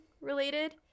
related